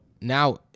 now